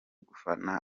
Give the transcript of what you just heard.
gufana